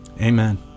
Amen